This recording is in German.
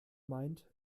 meint